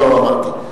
לא אמרתי.